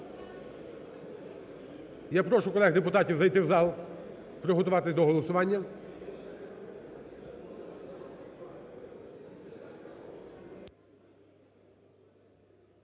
я прошу колег депутатів зайти в зал, приготуватися до голосування.